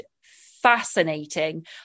fascinating